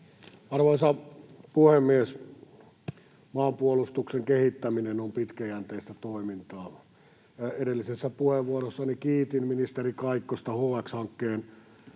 Arvoisa puhemies! Maanpuolustuksen kehittäminen on pitkäjänteistä toimintaa. Edellisessä puheenvuorossani kiitin ministeri Kaikkosta HX-hankkeen